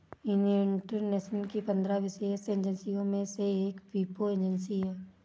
United Nations की पंद्रह विशेष एजेंसियों में से एक वीपो एजेंसी है